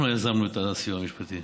אנחנו יזמנו את הסיוע המשפטי.